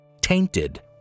tainted